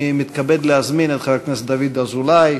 אני מתכבד להזמין את חבר הכנסת דוד אזולאי,